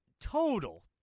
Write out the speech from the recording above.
total